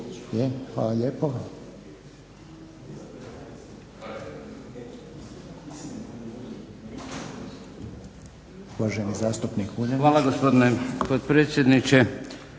Hvala gospodine potpredsjedniče.